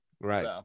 right